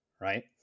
right